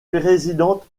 présidente